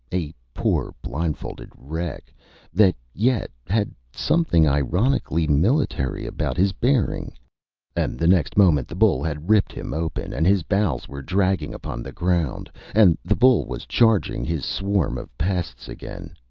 a poor blindfolded wreck that yet had something ironically military about his bearing and the next moment the bull had ripped him open and his bowls were dragging upon the ground and the bull was charging his swarm of pests again.